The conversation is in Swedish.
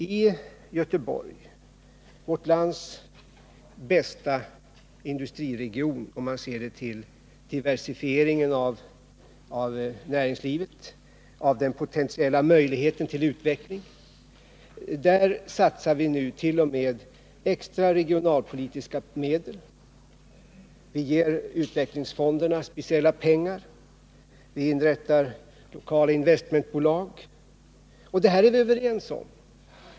I Göteborg, vårt lands bästa industriregion, om man ser till diversifieringen av näringslivet och den potentiella möjligheten till utveckling, satsar vi nu t.o.m. extra regionalpolitiska medel. Vi ger utvecklingsfonderna speciella pengar, vi inrättar lokala investmentbolag, och detta är vi överens om.